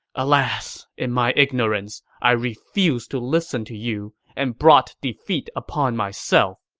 alas, in my ignorance, i refused to listen to you and brought defeat upon myself.